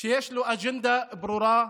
שיש לו אג'נדה ברורה,